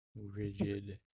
rigid